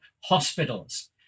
hospitals